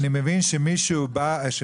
אבל בואי תספרי לנו רגע מה קורה,